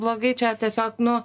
blogai čia tiesiog nu